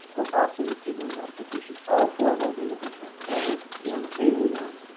will also receive and a notification. all four of those individuals will be on the same you know